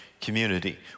community